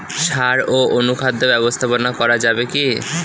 সাড় ও অনুখাদ্য ব্যবস্থাপনা করা যাবে কি?